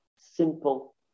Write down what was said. simple